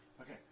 Okay